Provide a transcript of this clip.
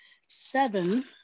seven